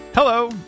Hello